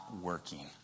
working